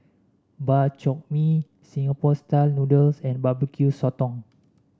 Bak Chor Mee Singapore style noodles and Barbecue Sotong